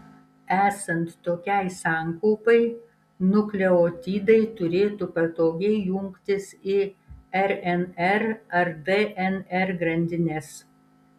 esant tokiai sankaupai nukleotidai turėtų patogiai jungtis į rnr ar dnr grandines